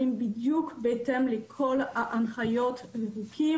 אז תן לי לפחות להעיר כל חמש דקות.